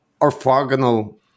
orthogonal